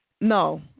No